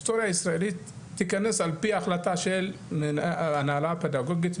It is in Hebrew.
ההיסטוריה הישראלית תכנס על פי החלטה של ההנהלה הפדגוגית,